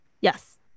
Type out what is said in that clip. Yes